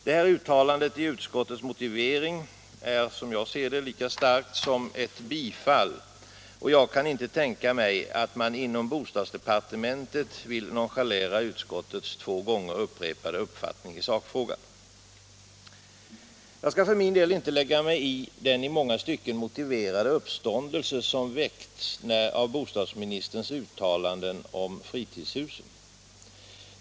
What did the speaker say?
Det här uttalandet i utskottets motivering är som jag ser det lika starkt som ett tillstyrkande, och jag kan inte tänka mig att man inom bostadsdepartementet vill nonchalera utskottets två gånger uttalade uppfattning i sakfrågan. Jag skall för min del inte lägga mig i den i många stycken motiverade uppståndelse som har väckts av bostadsministerns uttalanden om fritidshusen.